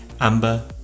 amber